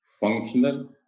functional